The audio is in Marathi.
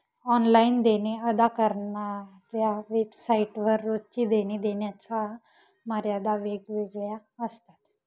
ऑनलाइन देणे अदा करणाऱ्या वेबसाइट वर रोजची देणी देण्याच्या मर्यादा वेगवेगळ्या असतात